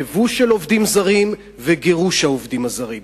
ייבוא של עובדים זרים וגירוש עובדים זרים.